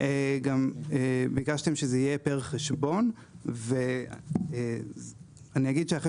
גם ביקשתם שזה יהיה פר חשבון ואני אגיד שאחרי